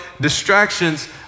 distractions